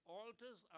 altars